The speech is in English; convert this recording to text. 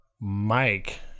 mike